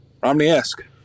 romney-esque